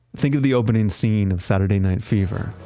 think of the opening scene of saturday night fever.